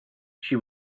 she